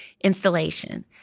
installation